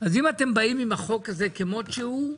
אם אתם באים עם החוק הזה כמות שהוא,